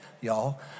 y'all